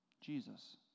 jesus